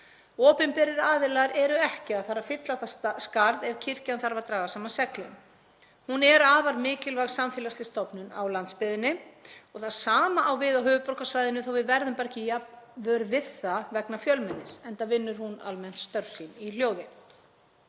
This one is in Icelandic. Opinberir aðilar eru ekki að fara að fylla það skarð ef kirkjan þarf að draga saman seglin. Hún er afar mikilvæg samfélagsleg stofnun á landsbyggðinni. Það sama á við á höfuðborgarsvæðinu, þó við verðum bara ekki jafn vör við það vegna fjölmennis enda vinnur hún almennt störf sín í hljóði.